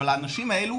אבל האנשים האלו,